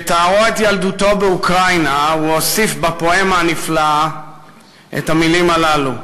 בתארו את ילדותו באוקראינה הוא הוסיף בפואמה הנפלאה את המילים הללו: